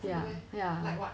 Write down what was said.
ya ya